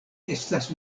estas